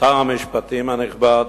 שר המשפטים הנכבד,